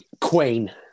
Queen